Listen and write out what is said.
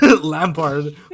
Lampard